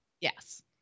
Yes